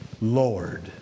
Lord